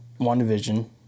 WandaVision